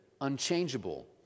unchangeable